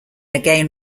again